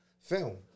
film